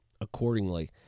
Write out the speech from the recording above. accordingly